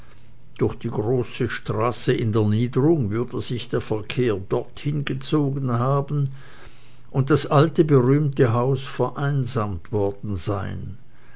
durch die große straße in der niederung würde sich der verkehr dort hingezogen haben und das alte berühmte haus vereinsamt worden sein